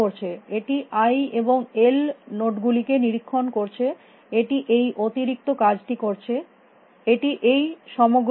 এটি আই এবং L node গুলিকে নিরীক্ষণ করছে এটি এই অতিরিক্ত কাজটি করছে এটি এই সমগ্রটি করছে